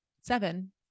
seven